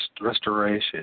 restoration